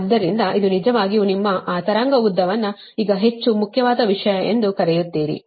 ಆದ್ದರಿಂದ ಇದು ನಿಜವಾಗಿಯೂ ನಿಮ್ಮ ಆ ತರಂಗ ಉದ್ದವನ್ನು ಈಗ ಹೆಚ್ಚು ಮುಖ್ಯವಾದ ವಿಷಯ ಎಂದು ಕರೆಯುತ್ತೀರಿ